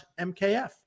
MKF